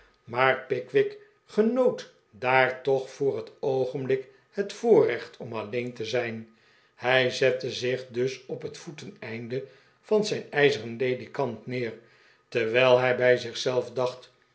maar pickwick genoot daar toch voor het oogenblik het voorrecht om alleen te zijn hij zette zich dus op het voeteinde van zijn ijzeren ledikant neer terwijl hij bij zich zelf dacht